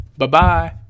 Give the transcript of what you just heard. Bye-bye